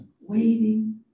waiting